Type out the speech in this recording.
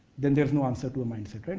then there's no answer to a mindset.